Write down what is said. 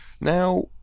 Now